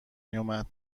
میومد